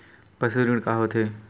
पशु ऋण का होथे?